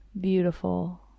beautiful